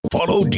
Follow